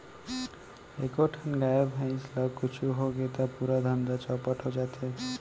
एको ठन गाय, भईंस ल कुछु होगे त पूरा धंधा चैपट हो जाथे